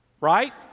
Right